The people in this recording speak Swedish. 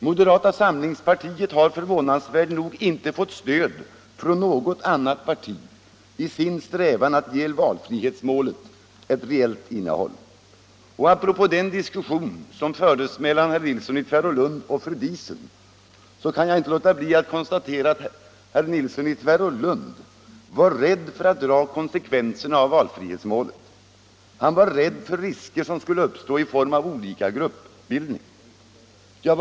Moderata samlingspartiet har förvånansvärt nog inte fått stöd från något annat parti i sin strävan att ge valfrihetsmålet ett reellt innehåll. Apropå den diskussion som fördes mellan herr Nilsson i Tvärålund och fru Diesen kan jag inte låta bli att konstatera att herr Nilsson i Tvärålund var rädd för att dra konsekvenserna av valfrihetsmålet. Han var rädd för risker som skulle uppstå i form av olika gruppbildningar.